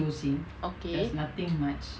okay